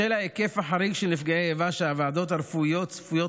בשל ההיקף החריג של נפגעי איבה שהוועדות הרפואיות צפויות